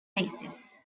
basis